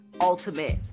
ultimate